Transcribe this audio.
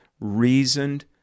reasoned